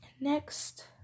Next